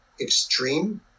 extreme